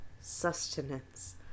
sustenance